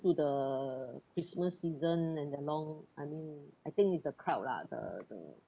to the christmas season and the long I mean I think it's the crowd lah the the